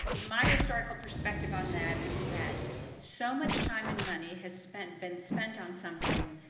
my historical perspective on that is that so much time and money has spent, been spent on something,